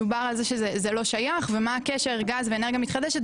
דובר על זה שזה לא שייך ומה הקשר גז ואנרגיה מתחדשת?